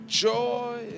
joy